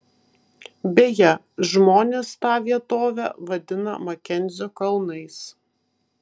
beje žmonės tą vietovę vadina makenzio kalnais